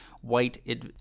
white